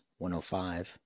105